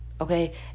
Okay